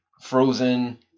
Frozen